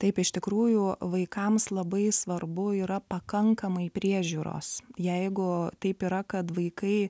taip iš tikrųjų vaikams labai svarbu yra pakankamai priežiūros jeigu taip yra kad vaikai